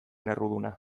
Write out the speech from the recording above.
erruduna